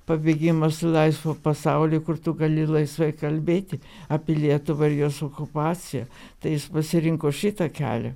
pabėgimas į laisvą pasaulį kur tu gali laisvai kalbėti apie lietuvą ir jos okupaciją tai jis pasirinko šitą kelią